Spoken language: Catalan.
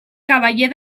cavaller